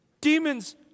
Demons